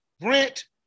rent